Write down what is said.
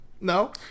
No